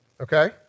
okay